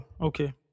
Okay